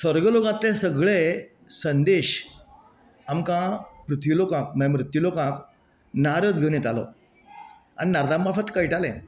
स्वर्ग लोकांतले सगळे संदेश आमकां पृथ्वी लोकांक म्हळ्यार मृत्यु लोकांक नारद घेवन येतालो आनी नारदां मार्फत कळटाले